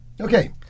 okay